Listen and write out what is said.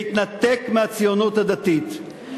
והתנתק מהציונות הדתית.